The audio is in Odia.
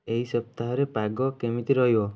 ଏହି ସପ୍ତାହରେ ପାଗ କେମିତି ରହିବ